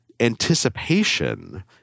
anticipation